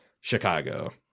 Chicago